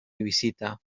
visita